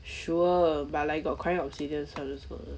sure but like got cry obsidian so I just put